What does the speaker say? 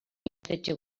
ikastetxe